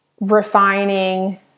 refining